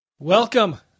Welcome